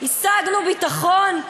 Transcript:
השגנו ביטחון?